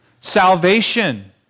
salvation